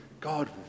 God